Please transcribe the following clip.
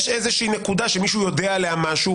יש איזו שהיא נקודה שמישהו יודע עליה משהו,